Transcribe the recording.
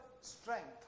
strength